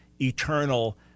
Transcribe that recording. eternal